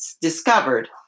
discovered